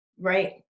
Right